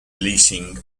leasing